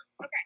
Okay